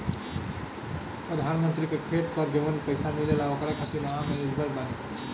प्रधानमंत्री का खेत पर जवन पैसा मिलेगा ओकरा खातिन आम एलिजिबल बानी?